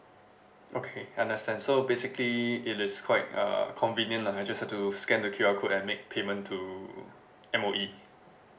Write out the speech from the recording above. okay understand so basically it is quite uh convenient lah I just have to scan the Q_R code and make payment to M_O_E